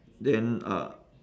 then uh